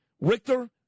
Richter